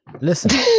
Listen